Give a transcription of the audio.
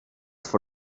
for